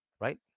Right